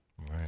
Right